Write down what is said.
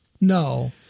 No